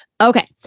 Okay